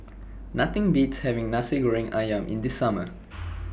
Nothing Beats having Nasi Goreng Ayam in The Summer